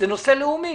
זה נושא לאומי.